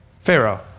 pharaoh